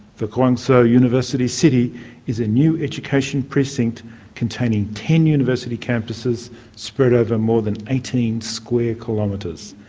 the guangzhou so university city is a new education precinct containing ten university campuses spread over more than eighteen square kilometres.